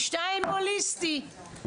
ושתיים הוליסטי.